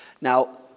Now